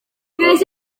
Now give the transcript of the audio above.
creix